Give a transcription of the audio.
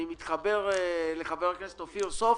אני מתחבר לחבר הכנסת אופיר סופר.